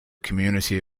community